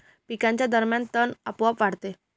पिकांच्या दरम्यान तण आपोआप वाढते